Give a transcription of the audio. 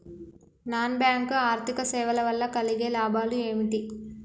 Non bank ఆర్థిక సేవల వల్ల కలిగే లాభాలు ఏమిటి?